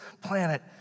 planet